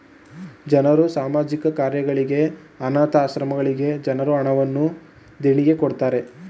ಜನರು ಸಾಮಾಜಿಕ ಕಾರ್ಯಗಳಿಗೆ, ಅನಾಥ ಆಶ್ರಮಗಳಿಗೆ ಜನರು ಹಣವನ್ನು ದೇಣಿಗೆ ಕೊಡುತ್ತಾರೆ